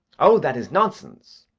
oh, that is nonsense!